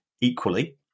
equally